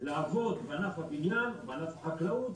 לעבוד בענף הבניין, בענף החקלאות,